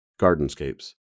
Gardenscapes